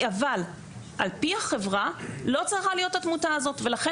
אבל על פי החברה לא צריכה להיות התמותה הזאת ולכן